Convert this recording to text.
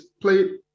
played